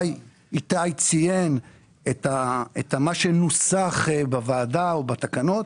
איתי ציין את מה שנוסח בוועדה או בתקנות.